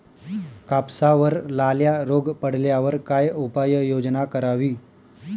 कापसावर लाल्या रोग पडल्यावर काय उपाययोजना करावी?